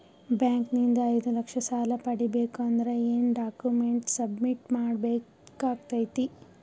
Bank ನಿಂದ ಐದು ಲಕ್ಷ ಸಾಲ ಪಡಿಬೇಕು ಅಂದ್ರ ಏನ ಡಾಕ್ಯುಮೆಂಟ್ ಸಬ್ಮಿಟ್ ಮಾಡ ಬೇಕಾಗತೈತಿ?